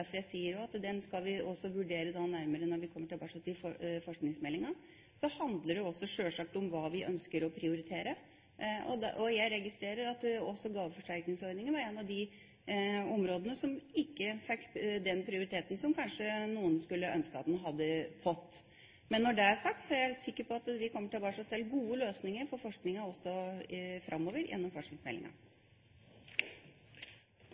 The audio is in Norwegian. at den skal vi vurdere nærmere når vi kommer tilbake til forskningsmeldingen. Så handler det sjølsagt også om hva vi ønsker å prioritere. Jeg registrerer at gaveforsterkningsordningen var ett av de områdene som ikke fikk den prioriteten som kanskje noen skulle ønske at den hadde fått. Men når det er sagt, er jeg helt sikker på at vi kommer tilbake til gode løsninger for forskninga, også framover, gjennom